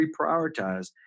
reprioritize